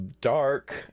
dark